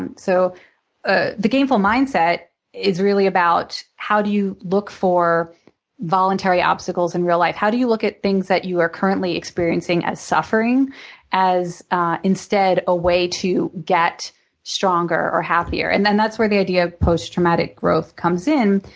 and so ah the gameful mindset is really about how do you look for voluntary obstacles in real life? how do you look at things that you are currently experiencing as suffering as instead a way to get stronger or happier? and then that's the idea of post-traumatic growth comes in,